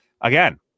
again